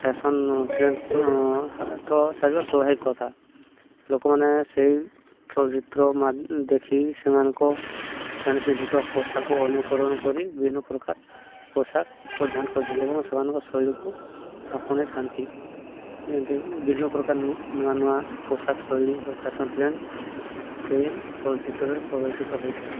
fashion trend ତ ଚାଲିବା ସ୍ୱାଭାବିକ କଥା ଲୋକମାନେ ସେଇ ଚଳଚ୍ଚିତ୍ର ମା ଦେଖି ସେମାନଙ୍କ ସେମାନେ ପିନ୍ଧୁଥିବା ପୋଷାକ ଅନୁକରଣ କରି ବିଭିନ୍ନ ପ୍ରକାର ପୋଷାକ ପରିଧାନ କରିଥାନ୍ତି ଏବଂ ସେମାନଙ୍କ ଶୈଳୀକୁ ଆପଣାଇଥାନ୍ତି ଯେମିତି ବିଭିନ୍ନ ପ୍ରକାର ନୂଆ ନୂଆ ପୋଷାକ ଶୈଳୀ ବା ଫ୍ୟାସନ୍ ଟ୍ରେଣ୍ଡ ସେଇ ଚଳଚ୍ଚିତ୍ରରେ ପ୍ରଦର୍ଶିତ ହୋଇଥାଏ